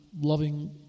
loving